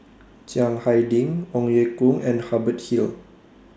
Chiang Hai Ding Ong Ye Kung and Hubert Hill